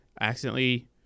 accidentally